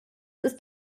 ist